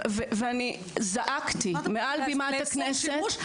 ואני זעקתי מעל בימת הכנסת.